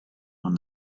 when